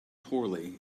poorly